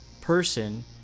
person